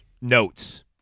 notes